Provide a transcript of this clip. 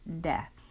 death